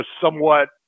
somewhat